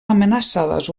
amenaçades